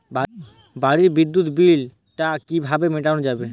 বাড়ির বিদ্যুৎ বিল টা কিভাবে মেটানো যাবে?